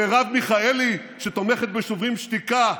מרב מיכאלי, שתומכת בשוברים שתיקה,